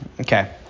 Okay